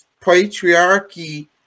patriarchy